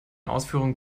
ausführungen